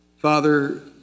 Father